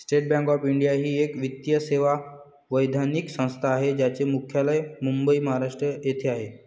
state Bank of India ही एक वित्तीय सेवा वैधानिक संस्था आहे ज्याचे मुख्यालय मुंबई, महाराष्ट्र येथे आहे